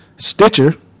stitcher